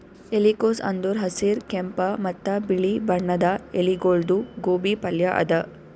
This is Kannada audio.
ಎಲಿಕೋಸ್ ಅಂದುರ್ ಹಸಿರ್, ಕೆಂಪ ಮತ್ತ ಬಿಳಿ ಬಣ್ಣದ ಎಲಿಗೊಳ್ದು ಗೋಬಿ ಪಲ್ಯ ಅದಾ